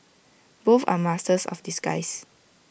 both are masters of disguise